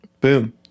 boom